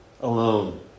alone